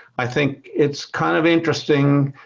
i think it's kind of interesting